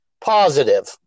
positive